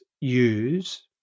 use